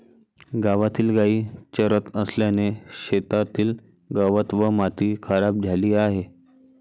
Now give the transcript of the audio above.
गावातील गायी चरत असल्याने शेतातील गवत व माती खराब झाली आहे